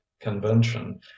convention